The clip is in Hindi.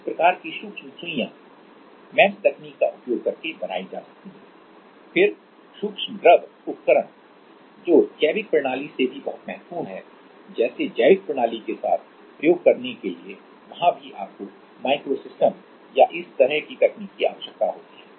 इस प्रकार की सूक्ष्म सुइयां एमईएमएस तकनीक का उपयोग करके बनाई जा सकती हैं फिर सूक्ष्म द्रव उपकरण जो जैविक प्रणाली में भी बहुत महत्वपूर्ण हैं जैसे जैविक प्रणाली के साथ प्रयोग करने के लिए वहां भी आपको माइक्रो सिस्टम या इस तरह की तकनीक की आवश्यकता होती है